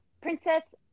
Princess